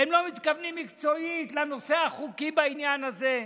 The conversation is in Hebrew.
הם לא מתכוונים מקצועית לנושא החוקי בעניין הזה,